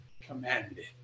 commanded